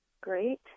great